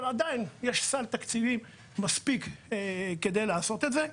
אבל עדיין, יש מספיק תקציב בשביל לעשות את זה.